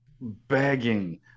begging